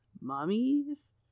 Mummies